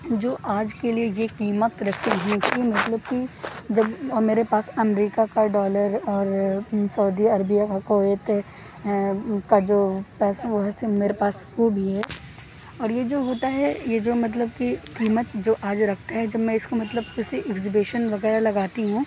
جو آج کے لیے یہ قیمت رکھتے ہیں کہ مطلب کہ جب میرے پاس امریکہ کا ڈالر اور سعودی عربیہ کویت کا جو پیسہ بہت سے میرے پاس وہ بھی ہے اور یہ جو ہوتا ہے یہ جو مطلب کہ قیمت جو آج رکھتا ہے جب میں اس کو مطلب کسی ایگزیبیشن وغیرہ لگاتی ہوں